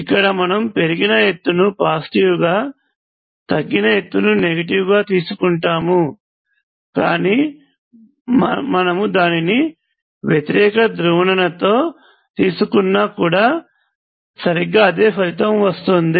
ఇక్కడ మనము పెరిగిన ఎత్తును పాజిటివ్ గా తగ్గిన ఎత్తును నెగటివ్ గా తీసుకుంటాము కానీ మనము దానిని వ్యతిరేక ధ్రువణతతో తీసుకున్నా కూడా సరిగ్గా అదే ఫలితం లభిస్తుంది